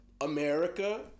America